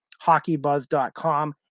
hockeybuzz.com